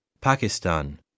Pakistan